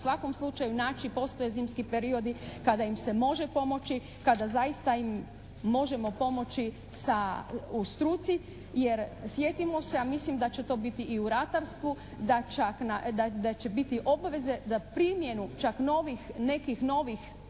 u svakom slučaju naći, postoje zimski periodi kada im se može pomoći, kada zaista im možemo pomoći u struci. Jer sjetimo se, a mislim da će to biti i u ratarstvu, da će biti obveze da primjenu čak novih, nekih